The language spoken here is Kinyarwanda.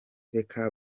reka